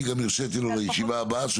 גם הרשיתי לו לישיבה הבאה,